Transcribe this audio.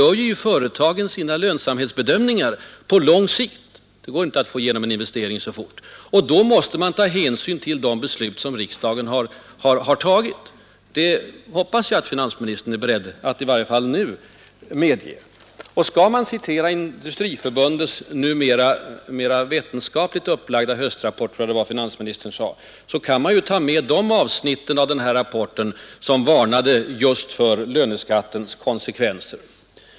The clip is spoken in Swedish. Företagen gör ju sina lönsamhetsbedömningar på lång sikt — det går inte att genomföra en investering så fort — och då måste de ta hänsyn till de beslut som riksdagen har fattat. Det hoppas jag att finansministern är beredd att i varje fall nu medge. Skall man citera Industriförbundets ”mera vetenskapligt upplagda höstrapport”, tror jag finansministern sade, så kan man ju ta med det avsnitt där det varnades just för löneskattens konsekvenser.